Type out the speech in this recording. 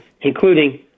including